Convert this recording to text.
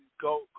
go